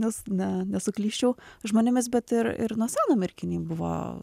nes ne nesuklysčiau žmonėmis bet ir ir nuo seno merkinėj buvo